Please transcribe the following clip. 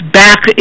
back